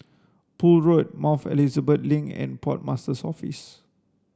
Poole Road Mount Elizabeth Link and Port Master's Office